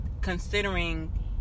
considering